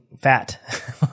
fat